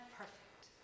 perfect